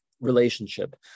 relationship